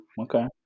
Okay